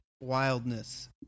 wildness